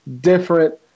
different